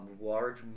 large